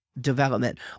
development